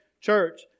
church